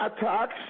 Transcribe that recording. attacks